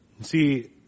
See